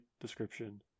description